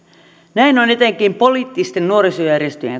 näin on etenkin poliittisten nuorisojärjestöjen